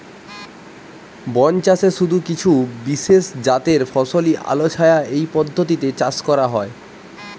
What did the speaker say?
বনচাষে শুধু কিছু বিশেষজাতের ফসলই আলোছায়া এই পদ্ধতিতে চাষ করা হয়